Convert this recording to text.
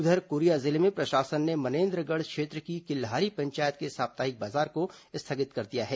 उधर कोरिया जिले में प्रशासन ने मनेन्द्रगढ़ क्षेत्र की किल्हारी पंचायत के साप्ताहिक बाजार को स्थगित कर दिया है